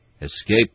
Escape